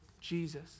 Jesus